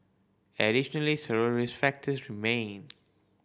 additionally several risk factors remain